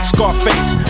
Scarface